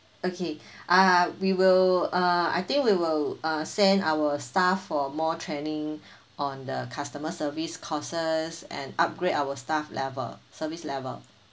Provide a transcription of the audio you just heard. okay uh we will uh I think we will uh send our staff for more training on the customer service courses and upgrade our staff level service level